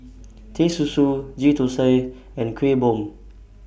Teh Susu Ghee Thosai and Kuih Bom